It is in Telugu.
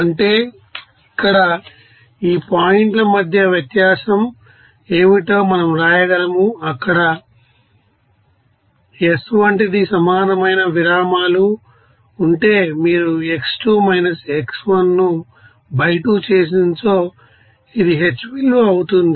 అంటే ఇక్కడ ఈ 2 పాయింట్ల మధ్య వ్యత్యాసం ఏమిటో మనం వ్రాయగలము అక్కడ s వంటిది సమానమైన విరామాలు ఉంటే మీరు x2 x1ను బై 2 చేసినచో ఇది h విలువ అవుతుంది